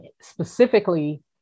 specifically